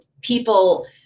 people